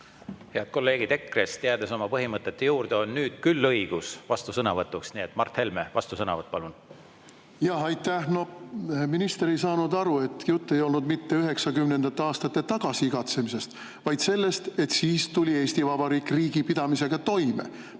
Head kolleegid EKRE-st! Jäädes oma põhimõtete juurde, on nüüd küll õigus vastusõnavõtuks. Mart Helme, vastusõnavõtt, palun! Aitäh! No minister ei saanud aru, et jutt ei olnud mitte 1990. aastate igatsemisest, vaid sellest, et siis tuli Eesti Vabariik riigipidamisega toime.